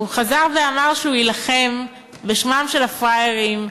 הוא חזר ואמר שהוא יילחם בשמם של ה"פראיירים",